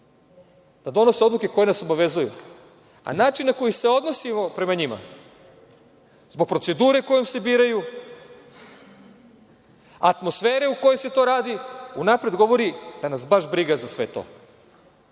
da donose odluke koje nas obavezuju, a način na koji se odnosimo prema njima, zbog procedure kojom se biraju, atmosfere u kojoj se to radi, unapred govori da nas baš briga za sve